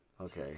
Okay